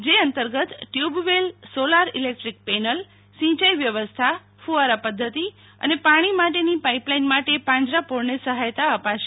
જે અંતર્ગત tubewell solar electric panel સિંચાઇ વ્યવસ્થા કૂવારા પધ્ધતિ અને પાણી માટેની પાઇપલાઇન માટે પાંજરાપોળને સહાયતા અપાશે